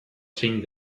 zein